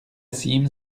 cîme